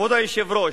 כבוד היושב-ראש,